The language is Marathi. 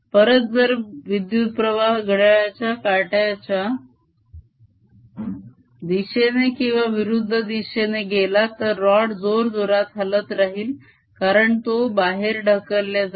परत जर विद्युत्प्रवाह घड्याळाच्याकाट्याच्या दिशेने किंवा विरुद्ध दिशेने गेला तर रॉड जोर जोरात हलत राहील कारण तो बाहेर ढकलल्या जाईल